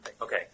Okay